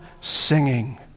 singing